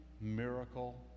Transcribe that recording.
miracle